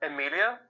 Emilia